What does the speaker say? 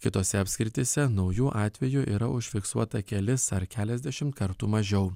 kitose apskrityse naujų atvejų yra užfiksuota kelis ar keliasdešimt kartų mažiau